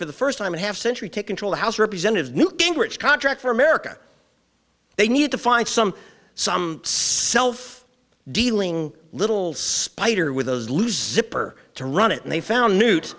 for the first time a half century to control the house of representatives newt gingrich contract for america they need to find some some self dealing little spider with those loser to run it and they found n